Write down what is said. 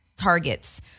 targets